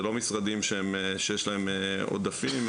זה לא משרדים שיש להם עודפים,